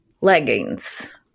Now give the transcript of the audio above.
leggings